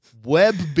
web